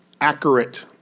accurate